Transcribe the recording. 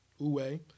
Uwe